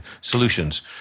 solutions